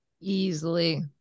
Easily